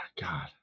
God